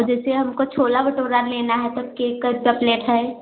तो जैसे हमको छोला भटूरा लेना है तो के का कितना प्लेट है